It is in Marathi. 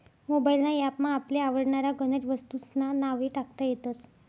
मोबाइल ना ॲप मा आपले आवडनारा गनज वस्तूंस्ना नावे टाकता येतस